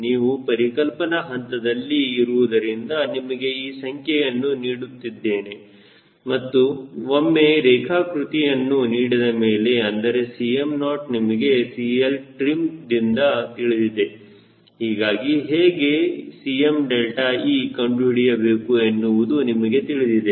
ನಾವು ಪರಿಕಲ್ಪನಾ ಹಂತದಲ್ಲಿ ಇರುವುದರಿಂದ ನಿಮಗೆ ಈ ಸಂಖ್ಯೆಯನ್ನು ನೀಡುತ್ತಿದ್ದೇನೆ ಮತ್ತು ಒಮ್ಮೆ ರೇಖಾಕೃತಿಯನ್ನು ನೀಡಿದಮೇಲೆ ಅಂದರೆ Cm0 ನಿಮಗೆ CLtrimದಿಂದ ತಿಳಿದಿದೆ ಹೀಗಾಗಿ ಹೇಗೆ Cmeಕಂಡುಹಿಡಿಯಬೇಕು ಎನ್ನುವುದು ನಿಮಗೆ ತಿಳಿದಿದೆ